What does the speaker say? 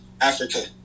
Africa